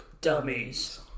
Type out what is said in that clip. dummies